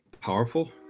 powerful